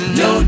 no